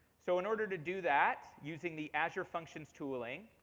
so in order to do that using the azure functions tooling,